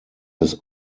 his